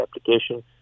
application